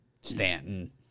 Stanton